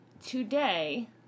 Today